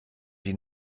die